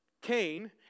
Cain